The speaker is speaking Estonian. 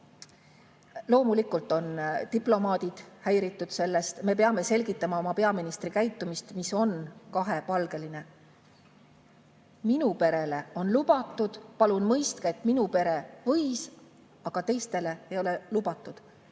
Loomulikult on diplomaadid häiritud sellest, et me peame selgitama oma peaministri käitumist, mis on kahepalgeline. "Minu perele on lubatud, palun mõistke, et minu pere võis, aga teistele ei ole lubatud."